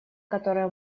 которые